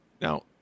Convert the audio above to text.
Now